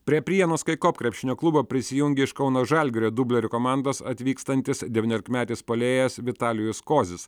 prie prienų skycop krepšinio klubo prisijungė iš kauno žalgirio dublerių komandos atvykstantis devyniolikmetis puolėjas vitalijus kozis